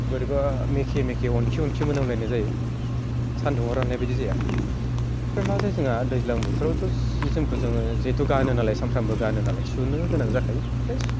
बोरैबा मेखे मेखे अनखि अनखि मोनलायनाय जायो सान्दुङाव राननाय बायदि जाया ओमफ्राय मा जायो जोंहा दैज्लां बोथोरावथ' जि जोमखौ जोङो जिहेतु गानो नालाय सानफ्रामबो गानो नालाय सुनो गोनां जाखायो फ्राय